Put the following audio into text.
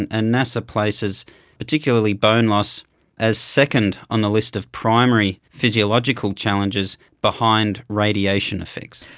and ah nasa places particularly bone loss as second on the list of primary physiological challenges behind radiation effects.